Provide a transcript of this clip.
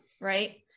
right